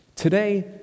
Today